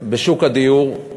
בשוק הדיור,